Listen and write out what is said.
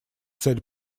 цель